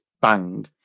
bang